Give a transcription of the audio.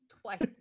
Twice